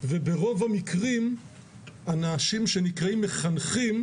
וברוב המקרים האנשים שנקראים "מחנכים",